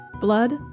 blood